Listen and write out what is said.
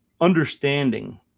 understanding